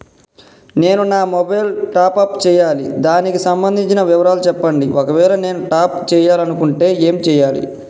నేను నా mobile top up చేయాలి దానికి సంబంధించిన వివరాలు చెప్పండి ఒకవేళ నేను టాప్ చేసుకోవాలనుకుంటే ఏం చేయాలి?